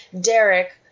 Derek